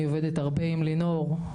אני עובדת הרבה עם לינור,